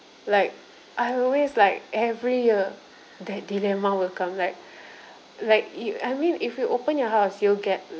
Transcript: like I always like every year that dilemma will come like like you I mean if you open your house you'll get